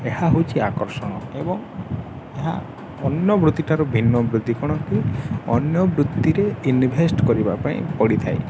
ଏହା ହେଉଛି ଆକର୍ଷଣ ଏବଂ ଏହା ଅନ୍ୟ ବୃତ୍ତିଠାରୁ ଭିନ୍ନ ବୃତ୍ତି କ'ଣ କି ଅନ୍ୟ ବୃତ୍ତିରେ ଇନ୍ଭେଷ୍ଟ୍ କରିବା ପାଇଁ ପଡ଼ିଥାଏ